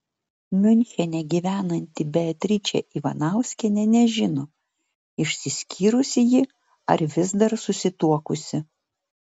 miunchene gyvenanti beatričė ivanauskienė nežino išsiskyrusi ji ar vis dar susituokusi